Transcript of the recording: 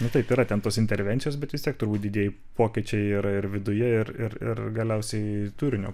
na taip yra ten tos intervencijos bet vis tiek turbūt didieji pokyčiai yra ir viduje ir ir ir galiausiai turinio